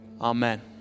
Amen